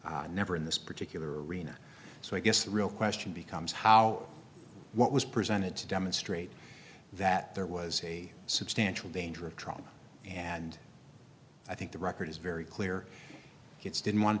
particular never in this particular arena so i guess the real question becomes how what was presented to demonstrate that there was a substantial danger of trauma and i think the record is very clear kids didn't want to